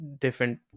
different